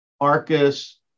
Arcus